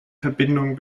verbindung